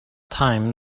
time